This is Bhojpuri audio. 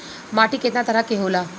माटी केतना तरह के होला?